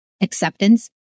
Acceptance